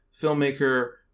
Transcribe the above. filmmaker